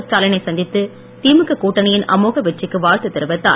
ஸ்டாலினை சந்தித்து திமுக கூட்டணியின் அமோக வெற்றிக்கு வாழ்த்து தெரிவித்தார்